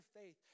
faith